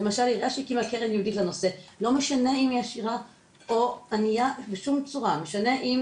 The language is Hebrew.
לא משנה אם היא עשירה או ענייה בשום צורה, משנה אם